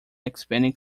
expanding